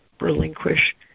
relinquish